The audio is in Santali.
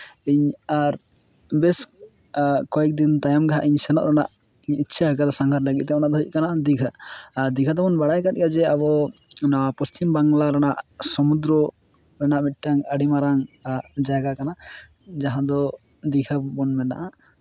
ᱤᱧ ᱟᱨ ᱵᱮᱥ ᱠᱚᱭᱮᱠᱫᱤᱱ ᱛᱟᱭᱚᱢ ᱜᱮᱦᱟᱸᱜ ᱤᱧ ᱥᱮᱱᱚᱜ ᱨᱮᱱᱟᱜ ᱤᱧ ᱤᱪᱪᱷᱟ ᱠᱟᱫᱟ ᱥᱟᱸᱜᱷᱟᱨ ᱞᱟᱹᱜᱤᱫ ᱫᱚ ᱚᱱᱟ ᱫᱚ ᱦᱩᱭᱩᱜ ᱠᱟᱱᱟ ᱫᱤᱜᱷᱟ ᱟᱨ ᱫᱤᱜᱷᱟ ᱫᱚᱵᱚᱱ ᱵᱟᱲᱟᱭ ᱠᱟᱜ ᱜᱮᱭᱟ ᱡᱮ ᱟᱵᱚ ᱱᱚᱣᱟ ᱯᱚᱪᱷᱤᱢ ᱵᱟᱝᱞᱟ ᱨᱮᱱᱟᱜ ᱥᱚᱢᱩᱫᱨᱚ ᱨᱮᱱᱟᱜ ᱢᱤᱫᱴᱮᱱ ᱟᱹᱰᱤ ᱢᱟᱨᱟᱝ ᱡᱟᱭᱜᱟ ᱠᱟᱱᱟ ᱡᱟᱦᱟᱸ ᱫᱚ ᱫᱤᱜᱷᱟ ᱵᱚᱱ ᱢᱮᱛᱟᱜᱼᱟ